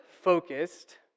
focused